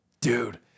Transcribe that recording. Dude